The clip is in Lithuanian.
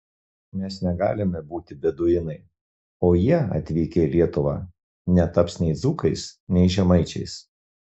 mes negalime būti beduinai o jie atvykę į lietuvą netaps nei dzūkais nei žemaičiais